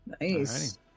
nice